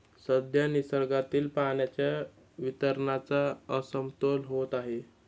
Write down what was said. सध्या निसर्गातील पाण्याच्या वितरणाचा असमतोल होत आहे